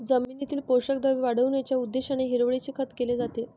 जमिनीतील पोषक द्रव्ये वाढविण्याच्या उद्देशाने हिरवळीचे खत केले जाते